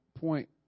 point